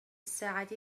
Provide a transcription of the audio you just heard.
الساعة